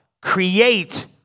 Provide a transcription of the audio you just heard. Create